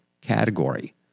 category